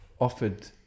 offered